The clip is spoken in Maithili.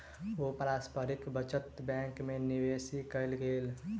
ओ पारस्परिक बचत बैंक में निवेश कयलैन